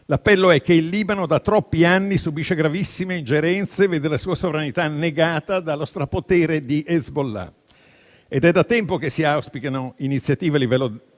appello, in quanto il Libano da troppi anni subisce gravissime ingerenze e vede la sua sovranità negata dallo strapotere di Hezbollah. È da tempo che si auspicano iniziative serie